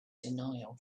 denial